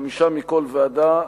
חמישה מכל ועדה,